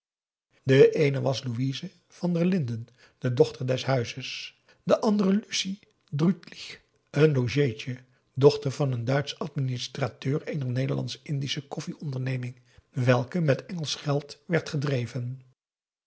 de eene was louise van der linden de dochter des huizes de andere lucie drütlich een logeetje dochter van een duitsch administrateur eener nederlandsch-indische koffieonderneming welke met engelsch geld werd gedreven